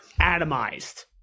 atomized